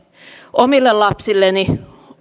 omille lapsilleni